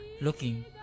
looking